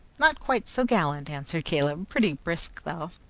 not quite so gallant, answered caleb. pretty brisk, though.